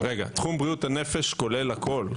תחום בריאות הנפש כולל הכול.